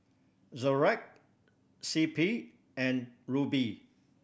Xorex C P and Rubi